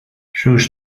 sus